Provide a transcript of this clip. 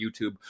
youtube